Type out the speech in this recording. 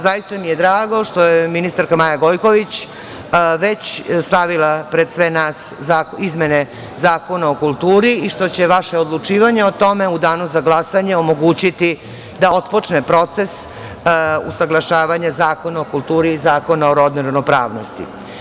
Zaista mi je drago što je ministarka Maja Gojković već stavila pred sve nas izmene Zakona o kulturi i što će vaše odlučivanje o tome u danu za glasanje omogućiti da otpočne proces usaglašavanja Zakona o kulturi i Zakona o rodnoj ravnopravnosti.